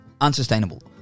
unsustainable